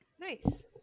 Nice